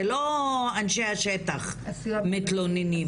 זה לא אנשי השטח מתלוננים.